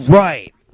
right